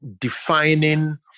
defining